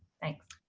thanks.